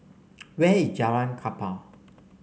where is Jalan Kapal